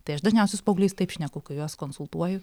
tai aš dažniausiai su paaugliais taip šneku kai juos konsultuoju